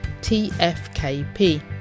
tfkp